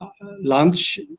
lunch